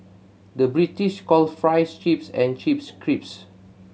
the British calls fries chips and chips crisps